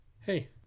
Hey